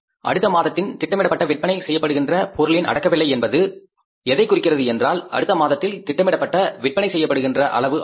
அடுத்த மாதத்தின் திட்டமிடப்பட்ட விற்பனை செய்யப்படுகின்ற பொருளின் அடக்க விலை என்பது எதை குறிக்கிறது என்றால் அடுத்த மாதத்தில் திட்டமிடப்பட்ட விற்பனை செய்யப்படுகின்ற அளவு ஆகும்